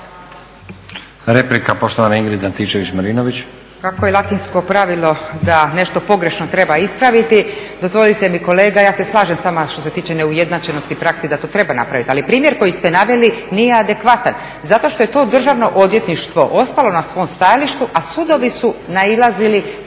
će poštovana Ingrid Antičević-Marinović.